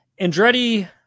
andretti